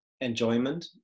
enjoyment